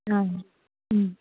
अँ उम्